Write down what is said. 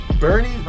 Bernie